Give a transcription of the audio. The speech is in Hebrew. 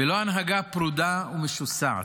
ולא הנהגה פרודה ומשוסעת.